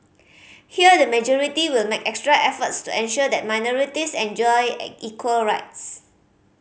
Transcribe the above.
here the majority will make extra efforts to ensure that minorities enjoy equal rights